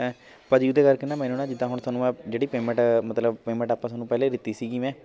ਭਾਅ ਜੀ ਉਹਦੇ ਕਰਕੇ ਨਾ ਮੈਨੂੰ ਨਾ ਜਿੱਦਾਂ ਹੁਣ ਤੁਹਾਨੂੰ ਆਹ ਜਿਹੜੀ ਪੇਮੈਂਟ ਮਤਲਬ ਪੈਮੈਂਟ ਆਪਾਂ ਤੁਹਾਨੂੰ ਪਹਿਲੇ ਦਿੱਤੀ ਸੀਗੀ ਮੈਂ